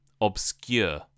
obscure